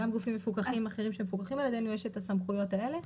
גם לגופים אחרים שמפוקחים על ידינו יש את הסמכויות האלה,